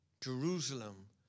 Jerusalem